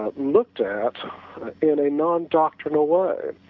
ah looked at in a non-doctrinal way.